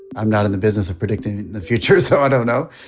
i'm not in the business of predicting the future, so i don't know.